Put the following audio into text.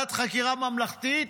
ועדת חקירה ממלכתית